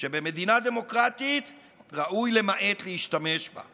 שבמדינה דמוקרטית ראוי למעט להשתמש בה".